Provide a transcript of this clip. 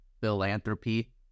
Philanthropy